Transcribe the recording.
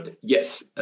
yes